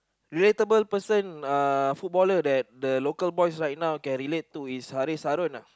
relatable person uh footballer than the local boys right now can relate to is Hariss-Harun uh